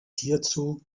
hierzu